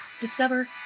Discover